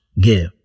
give